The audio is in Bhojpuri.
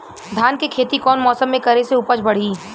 धान के खेती कौन मौसम में करे से उपज बढ़ी?